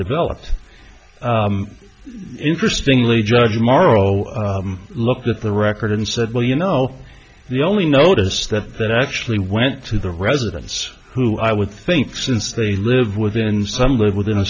developed interesting lee george morrow looked at the record and said well you know the only notice that that actually went to the residents who i would think since they live within some live within a